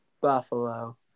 Buffalo